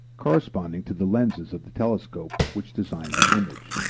corresponding to the lenses of the telescope which design the image.